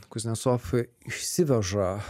kuznecov išsiveža